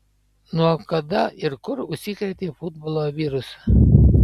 nuo kada ir kur užsikrėtei futbolo virusu